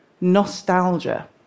Nostalgia